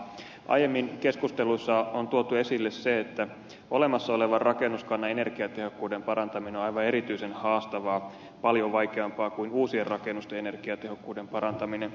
aiemmin keskusteluissa on tuotu esille se että olemassa olevan rakennuskannan energiatehokkuuden parantaminen on aivan erityisen haastavaa paljon vaikeampaa kuin uusien rakennusten energiatehokkuuden parantaminen